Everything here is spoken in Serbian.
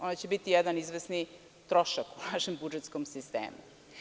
One će biti jedan izvesni trošak u našem budžetskom sistemu.